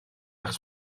achos